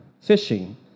fishing